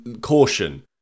Caution